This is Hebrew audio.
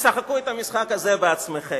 תשחקו את המשחק הזה בעצמכם.